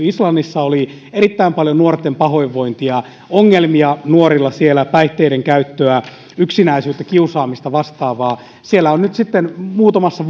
islannissa oli erittäin paljon nuorten pahoinvointia ongelmia nuorilla päihteidenkäyttöä yksinäisyyttä kiusaamista ja vastaavaa siellä on nyt sitten muutamassa